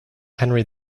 henry